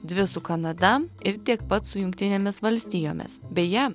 dvi su kanada ir tiek pat su jungtinėmis valstijomis beje